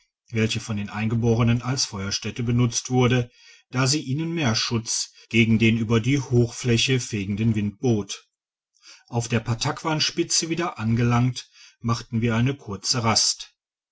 welche von den eingeborenen als feuerstätte benutzt wurde da sie ihnen mehr schutz gegen den über die hochfläche fegenden wind bot auf der pattakwan spitze wieder angelangt machten wir eine kurze rast